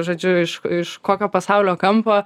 žodžiu iš kokio pasaulio kampo